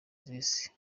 z’isi